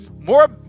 more